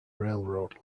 railroad